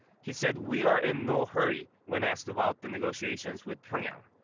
he said we are in no hurry when asked about the negotiations with pyeongyang.